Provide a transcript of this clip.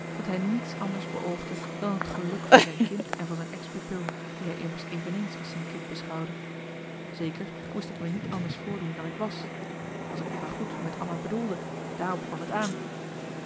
dat hij niets anders beoogde dan het geluk van zijn kind en van zijn ex pupil die hij immers eveneens als zijn kind beschouwde zeker moest ik me niet anders voordoen dan ik was als ik t maar goed met anna bedoelde daarop kwam t aan